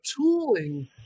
tooling